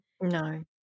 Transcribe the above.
No